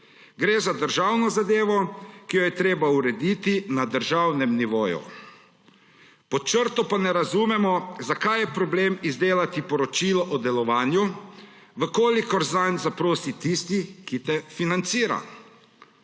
Gre za državno zadevo, ki jo je treba urediti na državnem nivoju. Pod črto pa ne razumemo, zakaj je problem izdelati poročilo o delovanju, v kolikor zanj zaprosi tisti, ki te financira.